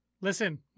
listen